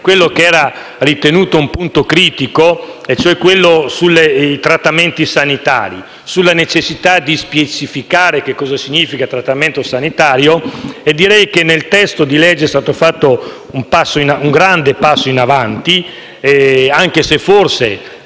quello che era ritenuto un punto critico e cioè i trattamenti sanitari e la necessità di specificare che cosa significhi trattamento sanitario. Direi che nel testo di legge è stato fatto un grande passo in avanti e, anche se forse,